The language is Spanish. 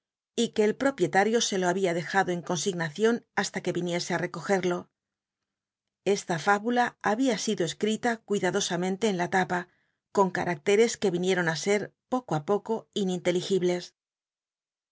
y que el propietario se lo hnbia dejndo en consignacion hasta que iniesc á rer ogctlo esta f ibula babia sido escrita cuidadosamente en la lapa con caracteres que inicron á ser poco i poco i